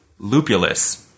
Lupulus